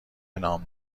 نام